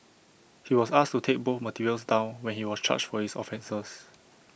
he was asked to take both materials down when he was charged for his offences